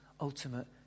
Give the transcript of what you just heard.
ultimate